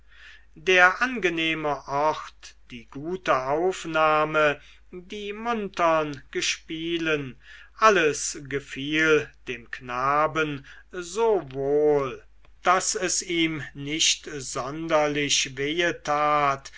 der angenehme ort die gute aufnahme die muntern gespielen alles gefiel dem knaben so wohl daß es ihm nicht sonderlich wehe tat